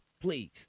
please